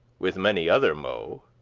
with many other mo',